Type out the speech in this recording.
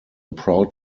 proud